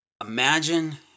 Imagine